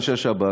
אנשי שב"כ,